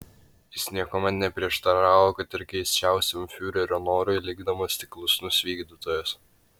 jis niekuomet neprieštaravo kad ir keisčiausiam fiurerio norui likdamas tik klusnus vykdytojas